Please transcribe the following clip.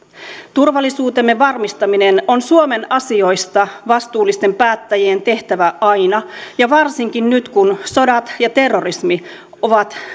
turvallisuutemme varmistaminen on suomen asioista vastuullisten päättäjien tehtävä aina ja varsinkin nyt kun sodat ja terrorismi ovat